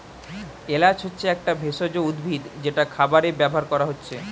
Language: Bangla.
এলাচ হচ্ছে একটা একটা ভেষজ উদ্ভিদ যেটা খাবারে ব্যাভার কোরা হচ্ছে